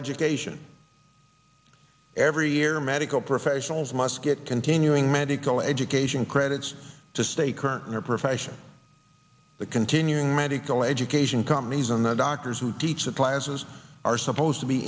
education every year medical professionals must get continuing medical education credits to stay current in their profession the continuing medical education companies and their doctors who teach the classes are supposed to be